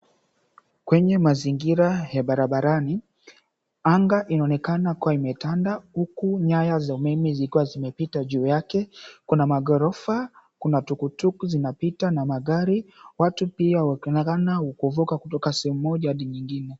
Kwenye mazingira ya barabarani, anga inaonekana kuwa imetanda huku nyaya za umeme zikiwa zimepita juu yake. Kuna maghorofa, kuna tuktuku zinapita na magari, watu pia wakionekana kuvuka kutoka sehemu moja hadi nyingine.